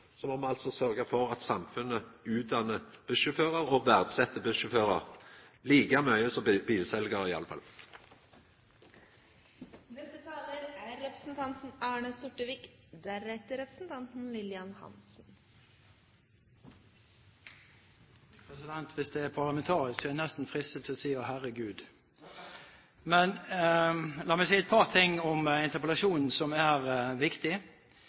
må me altså sørgja for at samfunnet utdannar bussjåførar og verdset bussjåførar like mykje som bilseljarar iallfall. Hvis det er parlamentarisk, er jeg nesten fristet til si: «Å herregud!» Men la meg si et par ting om interpellasjonen, som er viktig.